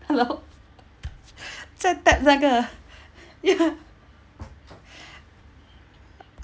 hello 再 tap 那个 ya